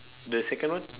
the second one